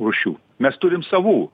rūšių mes turim savų